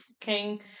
King